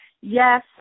yes